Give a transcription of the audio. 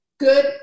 good